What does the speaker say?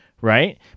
right